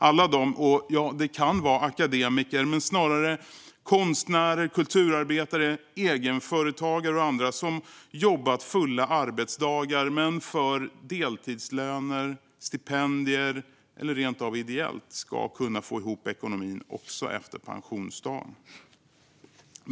Alla dessa människor - det kan vara akademiker, men det är snarare konstnärer, kulturarbetare, egenföretagare och andra - som har jobbat fulla arbetsdagar men för deltidslöner eller stipendier eller rent av ideellt ska kunna få ihop ekonomin också efter pensionsdagen.